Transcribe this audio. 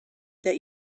that